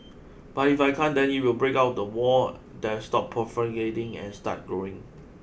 but if I can't then it will break out the wall then stop proliferating and start growing